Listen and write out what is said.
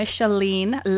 Micheline